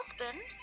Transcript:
husband